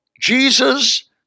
Jesus